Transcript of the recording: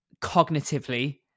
cognitively